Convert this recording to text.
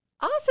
Awesome